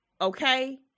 okay